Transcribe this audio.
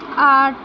آٹھ